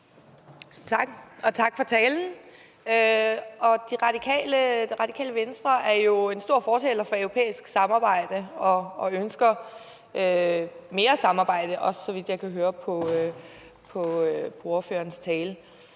Tak, og tak for talen. Det Radikale Venstre er jo en stor fortaler for europæisk samarbejde og ønsker mere samarbejde, også så vidt jeg kan høre på ordførerens tale.